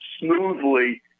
smoothly